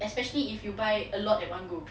especially if you buy a lot at one go